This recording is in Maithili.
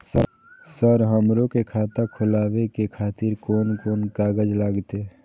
सर हमरो के खाता खोलावे के खातिर कोन कोन कागज लागते?